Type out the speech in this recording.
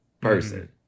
person